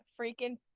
freaking